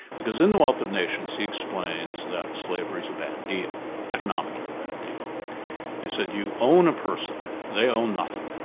because in the wealth of nations, he explains that slavery's a bad deal, economically bad deal and said, you own a person, they own nothing.